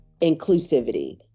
inclusivity